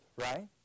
right